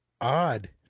odd